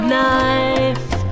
Knife